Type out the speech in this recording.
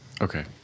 Okay